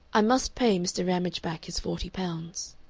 i must pay mr. ramage back his forty pounds.